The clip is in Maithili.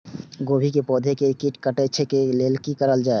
गोभी के पौधा के जे कीट कटे छे वे के लेल की करल जाय?